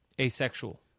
Asexual